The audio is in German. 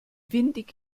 windig